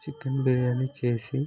chicken biryani చేసి